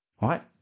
right